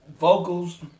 Vocals